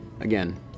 again